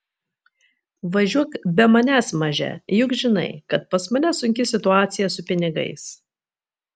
važiuok be manęs maže juk žinai kad pas mane sunki situaciją su pinigais